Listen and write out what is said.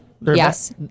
Yes